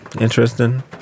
interesting